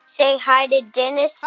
say hi to dennis. hi.